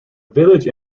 village